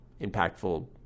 impactful